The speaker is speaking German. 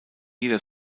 jeder